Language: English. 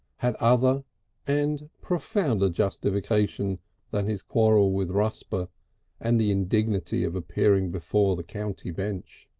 had other and profounder justification than his quarrel with rusper and the indignity of appearing before the county bench.